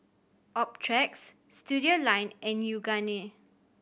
Optrex Studioline and Yoogane